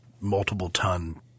multiple-ton